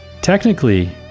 technically